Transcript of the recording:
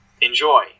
Enjoy